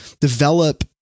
develop